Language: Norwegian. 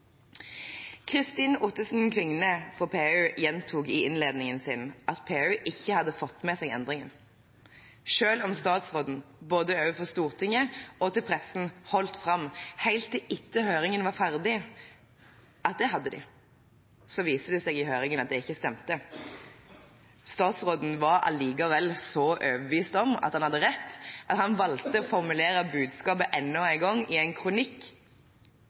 Kristin Ottesen Kvigne fra PU gjentok i innledningen sin at PU ikke hadde fått med seg endringen. Selv om statsråden både overfor Stortinget og til pressen holdt fram med – helt til etter at høringen var ferdig – at det hadde de, viste det seg i høringen at det ikke stemte. Statsråden var allikevel så overbevist om at han hadde rett at han valgte å formulere budskapet enda en gang i en kronikk.